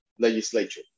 legislature